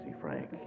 Frank